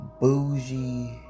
bougie